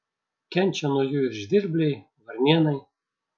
kenčia nuo jų ir žvirbliai varnėnai